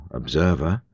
observer